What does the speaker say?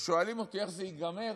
וכששואלים אותי איך זה ייגמר,